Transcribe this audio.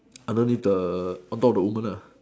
underneath the on top of the woman